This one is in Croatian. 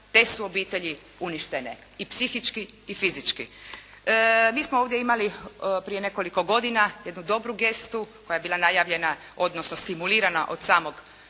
te su obitelji uništene i psihički i fizički. Mi smo ovdje imali prije nekoliko godina jednu dobru gestu koja je bila najavljena, odnosno stimulirana od samog